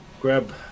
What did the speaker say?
grab